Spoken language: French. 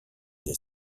des